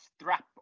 strap